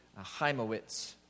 Heimowitz